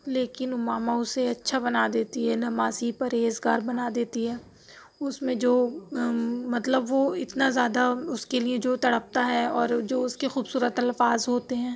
لیکن مما اسے اچھا بنا دیتی ہے نمازی پرہیزگار بنا دیتی ہے اس میں جو مطلب وہ اتنا زیادہ اس کے لیے جو تڑپتا ہے اور جو اس کے خوبصورت الفاظ ہوتے ہیں